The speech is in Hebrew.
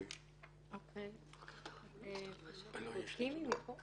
אין חולק על כך שלכל אזרח